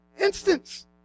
instance